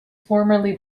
formerly